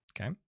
Okay